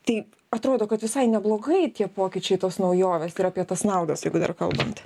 tai atrodo kad visai neblogai tie pokyčiai tos naujovės ir apie tas naudas jeigu dar kalbant